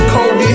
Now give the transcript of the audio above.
Kobe